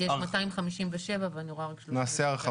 יש 257 ואני רואה רק 37. אין בעיה,